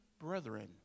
brethren